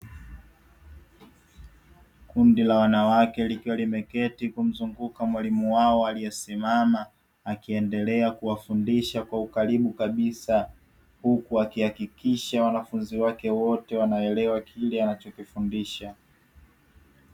Kundi la wanawake likiwa limeketi kumzunguka mwalimu wao aliyesimama, akiendelea kuwafundisha kwa ukaribu kabisa. Huku akihakikisha wanafunzi wake wote wanaelewa kile anachokifundisha.